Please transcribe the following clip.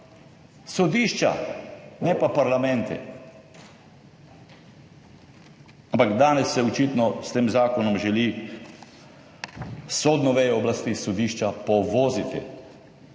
Sodišča, ne pa parlamenti. Ampak danes se očitno s tem zakonom želi sodno vejo oblasti, sodišča povoziti.